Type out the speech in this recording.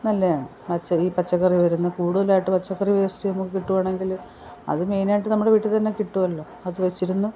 നല്ലെയാണ് ഈ പച്ചക്കറി വരുന്ന കൂടുതലായിട്ട് പച്ചക്കറി വേയ്സ്റ്റ് നമുക്ക് കിട്ടുവാണെങ്കിൽ അതു മെയിനായിട്ട് നമ്മുടെ വീട്ടിൽ തന്നെ കിട്ടുവല്ലോ അത് വെച്ചിരുന്നു